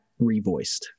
revoiced